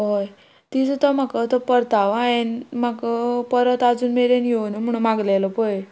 हय ती सुद्दां म्हाका तो परतावो हांयेन म्हाका परत आजून मेरेन येवना म्हुणोन मागलेलो पय